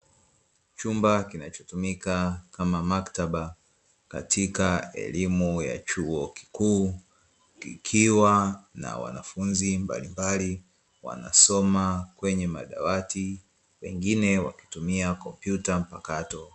Chumba kinachotumika kama maktaba katika elimu ya chuo kikuu kikiwa na wanafunzi mbalimbali wanasoma kwenye madawati wengine wakitumia kompyuta mpakato.